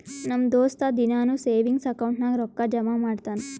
ನಮ್ ದೋಸ್ತ ದಿನಾನೂ ಸೇವಿಂಗ್ಸ್ ಅಕೌಂಟ್ ನಾಗ್ ರೊಕ್ಕಾ ಜಮಾ ಮಾಡ್ತಾನ